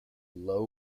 low